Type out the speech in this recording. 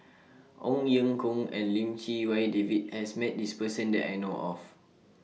Ong Ye Kung and Lim Chee Wai David has Met This Person that I know of